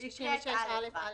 66א(א)(2).